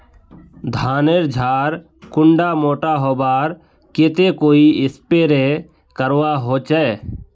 धानेर झार कुंडा मोटा होबार केते कोई स्प्रे करवा होचए?